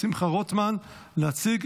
נוכח אחד.